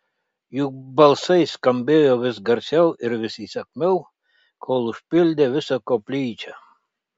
jų balsai skambėjo vis garsiau ir vis įsakmiau kol užpildė visą koplyčią